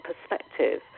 perspective